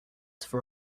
for